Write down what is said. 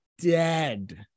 Dead